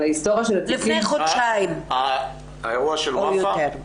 אבל ההיסטוריה של התיקים --- לפני חודשיים או יותר.